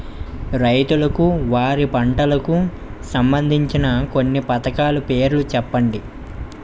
రైతులకు వారి పంటలకు సంబందించిన కొన్ని పథకాల పేర్లు చెప్పండి?